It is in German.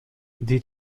die